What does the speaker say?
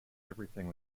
everything